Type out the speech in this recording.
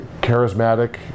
charismatic